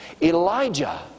Elijah